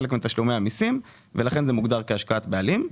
חלק מתשלומי המיסים, ולכן זה מוגדר כהשקעת בעלים.